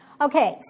Okay